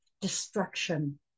destruction